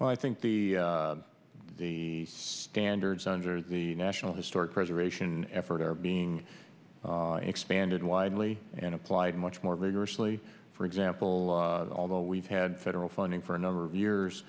well i think the standards under the national historic preservation effort are being expanded widely and applied much more vigorously for example although we've had federal funding for a number of years